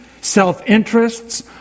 self-interests